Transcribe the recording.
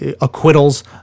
acquittals